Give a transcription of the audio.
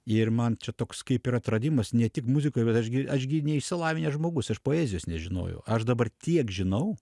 ir man čia toks kaip ir atradimas ne tik muzikoj bet aš aš gi neišsilavinęs žmogus aš poezijos nežinojau aš dabar tiek žinau